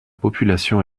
population